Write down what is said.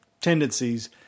tendencies